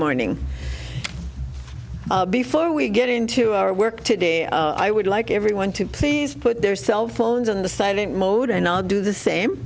morning before we get into our work today and i would like everyone to please put their cell phones on the site it mode and i'll do the same